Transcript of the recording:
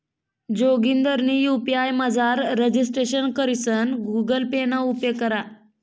जोगिंदरनी यु.पी.आय मझार रजिस्ट्रेशन करीसन गुगल पे ना उपेग करा